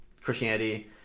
Christianity